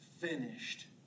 finished